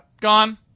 Gone